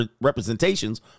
representations